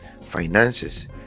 finances